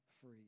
free